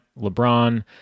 LeBron